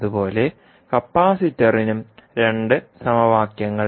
അതുപോലെ കപ്പാസിറ്ററിനും രണ്ട് സമവാക്യങ്ങൾ